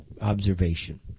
observation